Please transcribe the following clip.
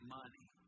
money